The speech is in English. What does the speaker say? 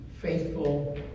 faithful